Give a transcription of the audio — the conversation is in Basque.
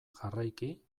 jarraiki